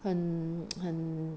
很 很